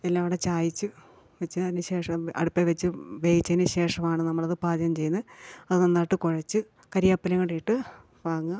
എല്ലാം കൂടെ ചായ്ച്ച് വെച്ചതിന് ശേഷം അടുപ്പിൽ വെച്ച് വേവിച്ചതിന് ശേഷമാണ് നമ്മൾ അത് പാചകം ചെയ്യുന്നത് അത് നന്നായിട്ട് കുഴച്ച് കരിയാപ്പിലയും കൂടിട്ട് വാങ്ങാ